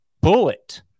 bullet